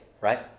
right